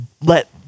let